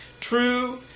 true